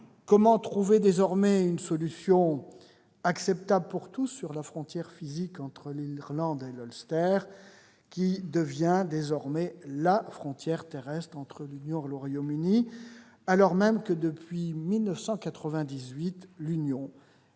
Comment trouver désormais une solution acceptable par tous en ce qui concerne la frontière physique entre l'Irlande et l'Ulster, qui devient désormais « la » frontière terrestre entre l'Union et le Royaume-Uni, alors même que, depuis 1998, l'Union est,